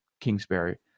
Kingsbury